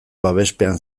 babespean